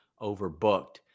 Overbooked